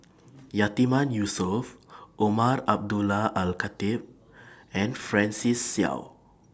Yatiman Yusof Umar Abdullah Al Khatib and Francis Seow